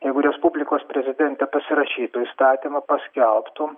jeigu respublikos prezidentė pasirašytų įstatymą paskelbtų